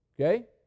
okay